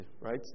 right